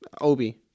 Obi